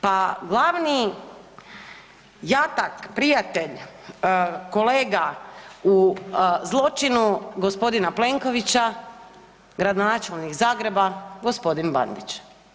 Pa glavni jatak, prijatelj, kolega u zločinu gospodina Plenkovića gradonačelnik Zagreba gospodin Bandić.